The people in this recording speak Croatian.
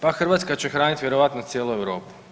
Pa Hrvatska će hraniti vjerojatno cijelu Europu.